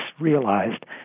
realized